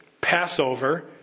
Passover